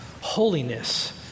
Holiness